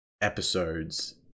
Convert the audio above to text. episodes